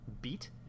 beat